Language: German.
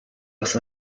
aus